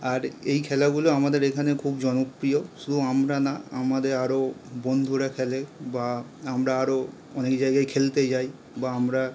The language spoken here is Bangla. আর এই খেলাগুলো আমাদের এখানে খুব জনপ্রিয় শুধু আমরা না আমাদের আরও বন্ধুরা খেলে বা আমরা আরও অনেক জায়গায় খেলতে যাই বা আমরা